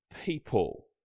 people